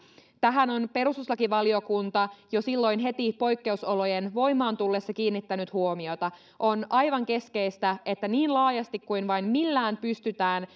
tähän on perustuslakivaliokunta jo heti poikkeusolojen voimaan tullessa kiinnittänyt huomiota on aivan keskeistä että niin laajasti kuin vain millään pystytään